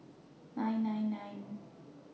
nine nine nine